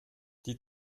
die